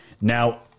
Now